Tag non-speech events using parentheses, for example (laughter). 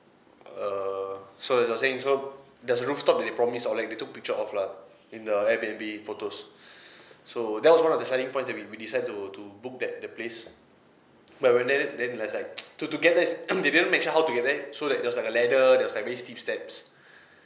err so as I was just saying so there's a rooftop that they promise or like they took picture of lah in the airbnb photos (breath) so that was one of the selling points that we we decide to to book that the place but we went there it then it was like (noise) to to get there is (noise) they didn't mention how to get there so like there was a ladder there was like very steep steps